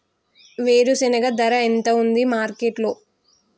వేరుశెనగ ధర ఎంత ఉంది మార్కెట్ లో?